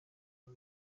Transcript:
uru